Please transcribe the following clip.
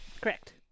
Correct